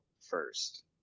first